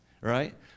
Right